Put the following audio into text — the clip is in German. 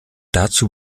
dazu